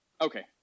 Okay